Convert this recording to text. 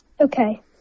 okay